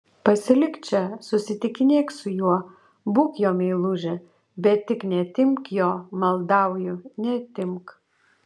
pasilik čia susitikinėk su juo būk jo meilužė bet tik neatimk jo maldauju neatimk